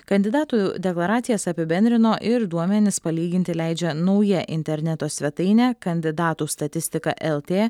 kandidatų deklaracijas apibendrino ir duomenis palyginti leidžia nauja interneto svetainė kandidatų statistika lt